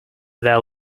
there